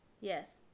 Yes